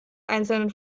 einzelnen